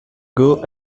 goût